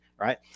Right